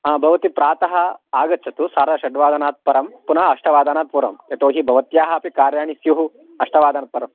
आ भवति प्रातः आगच्छतु सार्धषड् वादनात् परं पुनः अष्टवादनात् पूर्वं यतोऽहि भवत्याः अपि कर्याणि स्युः अष्टवादनात् परं